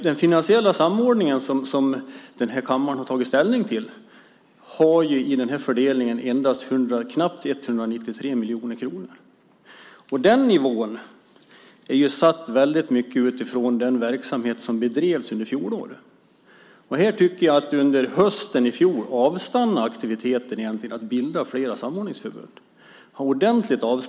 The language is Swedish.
Den finansiella samordning som denna kammare har tagit ställning till har i den här fördelningen knappt 193 miljoner kronor. Den nivån är satt väldigt mycket utifrån den verksamhet som bedrevs under fjolåret. Under hösten i fjol avstannade aktiviteten med att bilda fler samordningsförbund ordentligt.